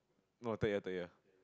no third year third year